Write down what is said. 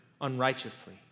unrighteously